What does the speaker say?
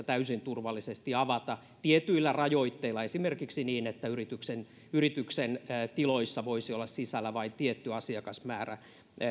täysin turvallisesti avata tietyillä rajoitteilla esimerkiksi niin että yrityksen yrityksen tiloissa voisi olla sisällä vain tietty asiakasmäärä